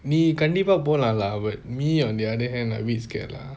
நீ கண்டிப்பா போலாம்ல:nee kandipa polaamla but me on the other hand lah we scared lah